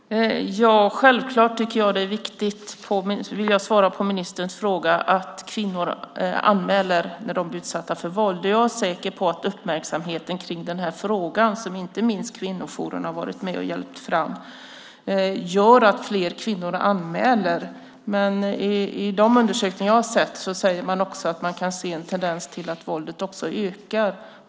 Fru talman! Självklart tycker jag att det är viktigt, vill jag svara på ministerns fråga, att kvinnor anmäler när de blir utsatta för våld. Jag är säker på att uppmärksamheten kring den här frågan, som inte minst kvinnojourerna har varit med och hjälpt fram, gör att fler kvinnor anmäler. Men i de undersökningar jag har sett säger man också att man kan se en tendens mot att våldet också ökar.